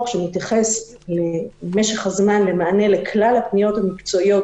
שמתייחס למשך זמן המענה לכלל הפניות המקצועיות,